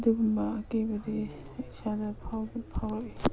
ꯑꯗꯨꯒꯨꯝꯕ ꯑꯀꯤꯕꯗꯤ ꯏꯁꯥꯗ ꯐꯥꯎꯔꯛꯏ